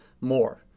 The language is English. more